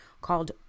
called